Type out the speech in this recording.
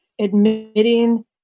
admitting